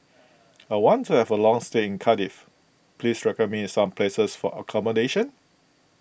I want to have a long stay in Cardiff please recommend me some places for accommodation